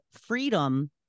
freedom